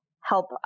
help